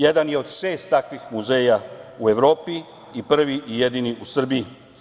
Jedan je od šest takvih muzeja u Evropi i prvi i jedini u Srbiji.